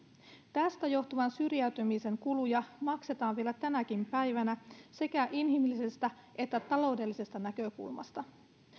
tästä johtuvan syrjäytymisen kuluja maksetaan vielä tänäkin päivänä sekä inhimillisestä että taloudellisesta näkökulmasta